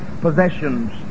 possessions